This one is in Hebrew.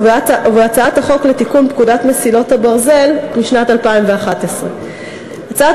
ובהצעת החוק לתיקון פקודת מסילות הברזל משנת 2011. הצעת